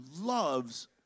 loves